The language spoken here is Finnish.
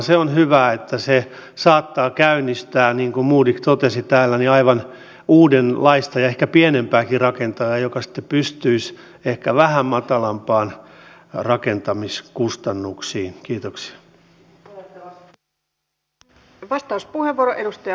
se on hyvä että se saattaa käynnistää niin kuin modig totesi täällä aivan uudenlaista ja ehkä pienempääkin rakentajaa joka sitten pystyisi ehkä vähän matalampiin rakentamiskustannuksiin